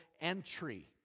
entry